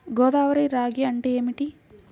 గోదావరి రాగి అంటే ఏమిటి?